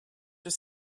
your